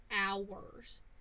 hours